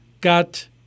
got